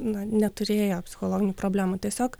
na neturėjo psichologinių problemų tiesiog